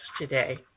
today